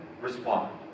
respond